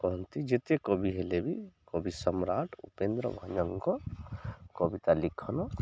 କୁହନ୍ତି ଯେତେ କବି ହେଲେ ବି କବି ସମ୍ରାଟ ଉପେନ୍ଦ୍ର ଭଞ୍ଜଙ୍କ କବିତା ଲିଖନ